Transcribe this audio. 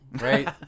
right